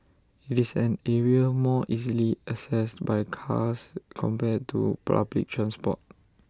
IT is an area more easily accessed by cars compared to public transport